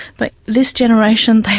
but this generation,